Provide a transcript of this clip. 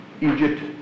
Egypt